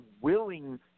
willing